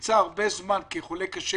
ונמצא זמן רב כחולה קשה